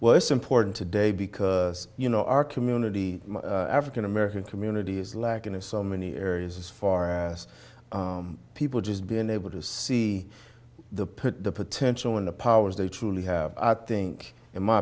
well it's important today because you know our community african american community is lacking in so many areas as far as people just been able to see the potential in the powers they truly have i think in my